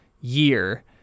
year